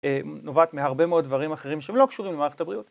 נובעת מהרבה מאוד דברים אחרים שהם לא קשורים למערכת הבריאות.